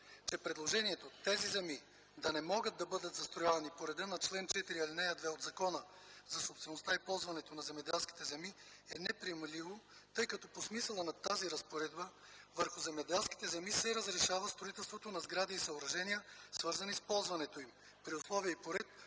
че предложението тези земи да не могат да бъдат застроявани по реда на чл. 4, ал. 2 от Закона за собствеността и ползването на земеделските земи, е неприемливо, тъй като по смисъла на тази разпоредба върху земеделските земи се разрешава строителството на сгради и съоръжения, свързани с ползването им, при условия и по ред,